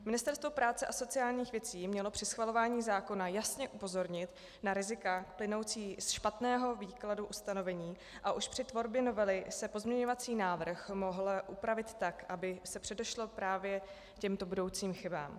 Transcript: Ministerstvo práce a sociálních věcí mělo při schvalování zákona jasně upozornit na rizika plynoucí ze špatného výkladu ustanovení a už při tvorbě novely se pozměňovací návrh mohl upravit tak, aby se předešlo právě těmto budoucím chybám.